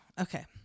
Okay